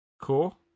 Cool